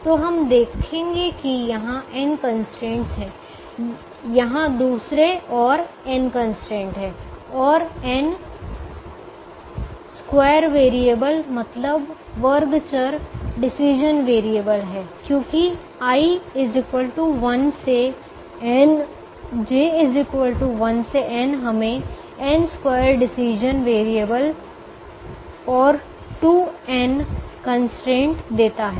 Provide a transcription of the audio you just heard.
तो हम देखेंगे कि यहाँ n कंस्ट्रेंट हैं यहाँ दूसरे और n कंस्ट्रेंट हैं और n स्क्वायर वेरिएबल मतलब वर्ग चर डिसीजन वेरिएबल हैं क्योंकि i 1 से n j 1 से n हमें n स्क्वायर डिसीजन वेरिएबल और 2 n कंस्ट्रेंट देता है